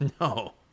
no